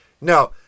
Now